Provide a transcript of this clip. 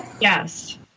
Yes